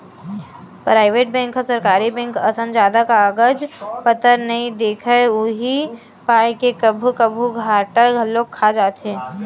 private bank ह सरकारी bank असन जादा कागज पतर नइ देखय उही पाय के कभू कभू घाटा घलोक खा जाथे